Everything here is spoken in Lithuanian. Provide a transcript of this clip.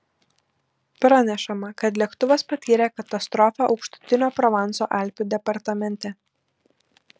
pranešama kad lėktuvas patyrė katastrofą aukštutinio provanso alpių departamente